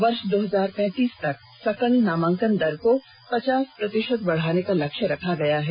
वर्ष दो हजार पैंतीस तक सकल नामांकन दर को पचास प्रतिशत बढ़ाने का लक्ष्य रखा गया है